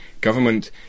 Government